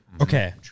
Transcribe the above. Okay